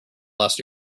last